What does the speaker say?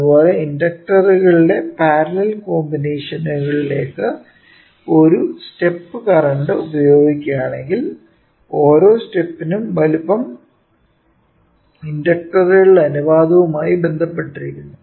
അതുപോലെ ഇൻഡക്ടറുകളുടെ പാരലൽ കോമ്പിനേഷനിലേക്ക് ഒരു സ്റ്റെപ്പ് കറന്റ് പ്രയോഗിക്കുകയാണെങ്കിൽ ഓരോ സ്റ്റെപ്പിന്റെയും വലുപ്പം ഇൻഡക്ടറുകളുടെ അനുപാതവുമായി ബന്ധപ്പെട്ടിരിക്കുന്നു